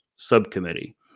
subcommittee